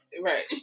Right